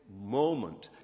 moment